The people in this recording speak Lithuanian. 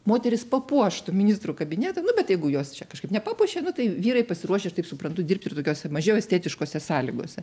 moteris papuoštų ministrų kabinetą bet jeigu jos čia kažkaip nepapuošė nu tai vyrai pasiruošę taip suprantu dirbti ir tokiose mažiau estetiškose sąlygose